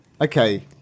Okay